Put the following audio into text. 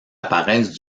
apparaissent